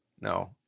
no